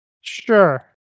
Sure